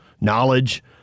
knowledge